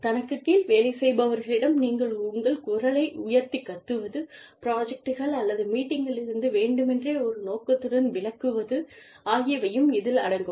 தனக்குக் கீழ் வேலை செய்பவர்களிடம் நீங்கள் உங்கள் குரலை உயர்த்தி கத்துவது புராஜக்ட்கள் அல்லது மீட்டிங்கில் இருந்து வேண்டுமென்றே ஒரு நோக்கத்துடன் விலக்குவது ஆகியவையும் இதில் அடங்கும்